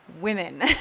women